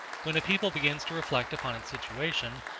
when a people begins to reflect upon its situation,